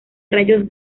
rayos